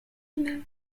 amount